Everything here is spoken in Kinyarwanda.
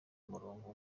murongo